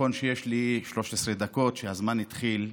נכון שיש לי 13 דקות והזמן התחיל,